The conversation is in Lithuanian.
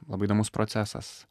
labai įdomus procesas